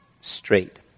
straight